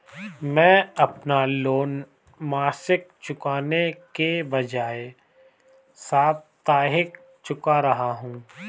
मैं अपना लोन मासिक चुकाने के बजाए साप्ताहिक चुका रहा हूँ